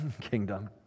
kingdom